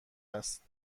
است